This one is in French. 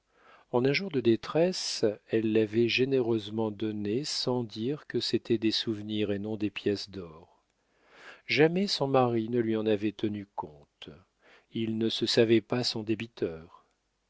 en un jour de détresse elle l'avait généreusement donné sans dire que c'était des souvenirs et non des pièces d'or jamais son mari ne lui en avait tenu compte il ne se savait pas son débiteur